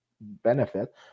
benefit